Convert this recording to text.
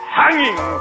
hanging